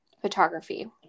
photography